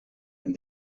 and